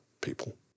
people